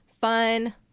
fun